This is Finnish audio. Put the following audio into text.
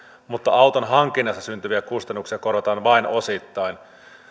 mutta auton hankinnasta syntyviä kustannuksia korotetaan vain osittain